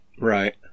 Right